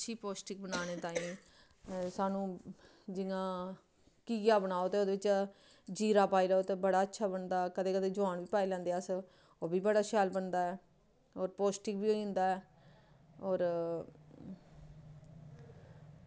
ते अच्छी पौष्टिक बनाने ताहीं सानूं जि'यां घिया बनाओ ना ते ओह्दे च जीरा पाई लैओ ते बड़ा अच्छा बनदा कदें कदें जमैन बी पाई लैंदे अस ओह्बी बड़ा शैल बनदा ऐ होर पौष्टिक बी होई जंदा होर